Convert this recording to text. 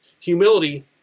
Humility